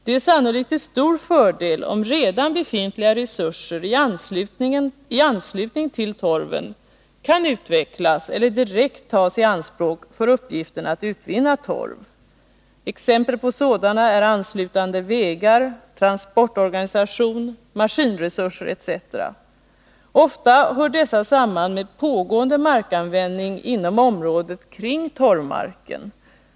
Det är sannolikt till stor fördel om redan befintliga resurser i anslutning till torven kan utvecklas, eller direkt tas i anspråk, för uppgiften att utvinna torv. Exempel på sådana är anslutande vägar, transportorganisation, maskinresurser, etc. Ofta hör dessa samman med pågående markanvändning inom området kring torvmarken.